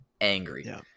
angry